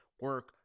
Work